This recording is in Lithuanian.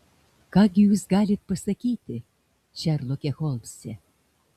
ką gi jūs galit pasakyti šerloke holmse